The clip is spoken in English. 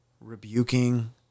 rebuking